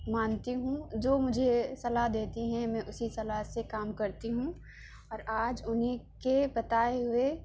مانتی ہوں جو مجھے صلاح دیتی ہیں میں اسی صلاح سے کام کرتی ہوں اور آج انہیں کے بتائے ہوئے